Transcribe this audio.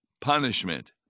punishment